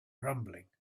rumbling